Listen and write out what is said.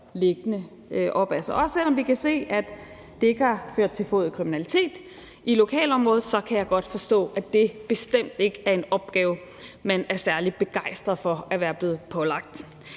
liggende op ad sig. Også selv om vi kan se, at det ikke har ført til forøget kriminalitet i lokalområdet, kan jeg godt forstå, at det bestemt ikke er en opgave, man er særlig begejstret for at være blevet pålagt.